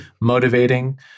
Motivating